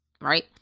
right